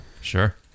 Sure